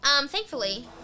Thankfully